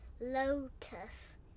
Lotus